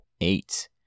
Eight